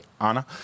Anna